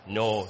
no